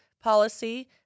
policy